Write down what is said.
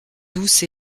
douce